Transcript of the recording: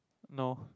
no